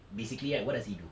basically